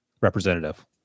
representative